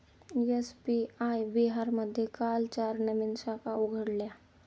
SBI बिहारमध्ये काल चार नवीन शाखा उघडल्या